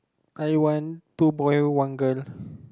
I want two boy one girl